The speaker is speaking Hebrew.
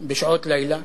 בשעות לילה